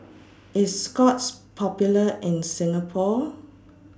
IS Scott's Popular in Singapore